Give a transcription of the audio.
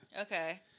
Okay